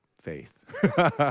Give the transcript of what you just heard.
faith